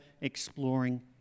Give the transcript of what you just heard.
exploring